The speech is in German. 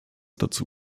dazu